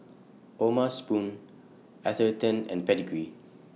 O'ma Spoon Atherton and Pedigree